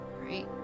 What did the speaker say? right